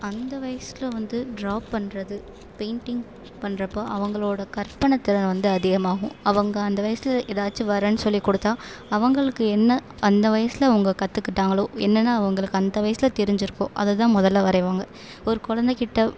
அந்த வயசில் வந்து ட்ரா பண்ணுறது பெயிண்டிங் பண்ணுறப்போ அவங்களோட கற்பனை திறன் வந்து அதிகமாகும் அவங்க அந்த வயசில் எதாச்சும் வரன்னு சொல்லிக்கொடுத்தா அவங்களுக்கு என்ன அந்த வயசில் அவங்க கற்றுக்கிட்டாங்களோ என்னென்ன அவங்களுக்கு அந்த வயசில் தெரிஞ்சிருக்கோ அதைதான் முதல்ல வரைவாங்க ஒரு குலந்தக்கிட்ட